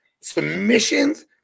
submissions